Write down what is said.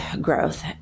growth